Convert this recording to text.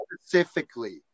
specifically